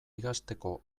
ikasteko